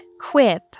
Quip